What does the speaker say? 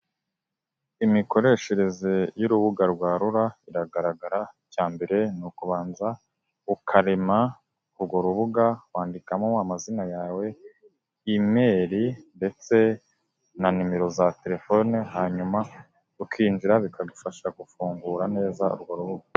Imikoreshereze y'urubuga rwa RURA iragaragara, icya mbere ni ukubanza ukarema urwo rubuga wandikamo amazina yawe, imeli ndetse na nimero za telefone, hanyuma ukinjira bikagufasha gufungura neza urwo rubuga.